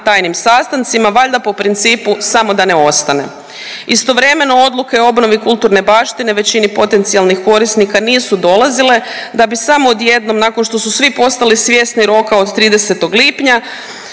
tajnim sastancima valjda po principu samo da ne ostane. Istovremeno odluke o obnovi kulturne baštine većini potencijalnih korisnika nisu dolazile, da bi samo odjednom nakon što su svi postali svjesni roka od 30. lipnja,